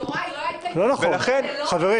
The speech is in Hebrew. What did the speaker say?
יוראי, לא היית איתנו בוועדה?